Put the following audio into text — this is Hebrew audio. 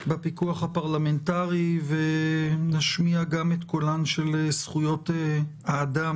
בפיקוח הפרלמנטרי ונשמיע גם את קולן של זכויות האדם